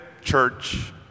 church